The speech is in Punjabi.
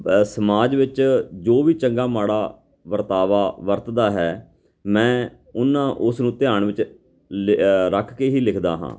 ਸਮਾਜ ਵਿੱਚ ਜੋ ਵੀ ਚੰਗਾ ਮਾੜਾ ਵਰਤਾਵਾ ਵਰਤਦਾ ਹੈ ਮੈਂ ਉਹਨਾਂ ਉਸ ਨੂੰ ਧਿਆਨ ਵਿੱਚ ਲਿ ਰੱਖ ਕੇ ਹੀ ਲਿਖਦਾ ਹਾਂ